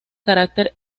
carácter